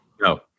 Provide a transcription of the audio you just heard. no